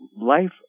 life